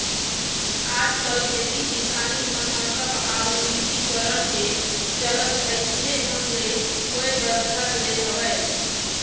आजकल खेती किसानी मन ह सब आधुनिकीकरन के चलत अइसने ढंग ले होय बर धर ले हवय